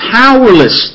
powerless